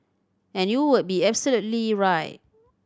and you would be absolutely right